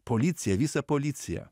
policija visa policija